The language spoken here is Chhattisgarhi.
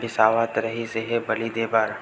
बिसावत रिहिस हे बली देय बर